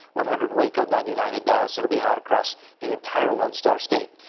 one hundred waco ninety nine in dallas, it'll be hot across the entire lone star state.